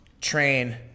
train